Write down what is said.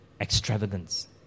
extravagance